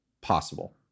Possible